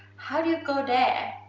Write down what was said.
how do you go there?